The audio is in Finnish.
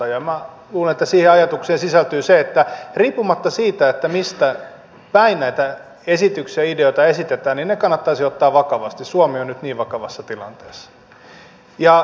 minä luulen että siihen ajatukseen sisältyy se että riippumatta siitä mistä päin näitä esityksiä ja ideoita esitetään ne kannattaisi ottaa vakavasti suomi on nyt niin vakavassa tilanteessa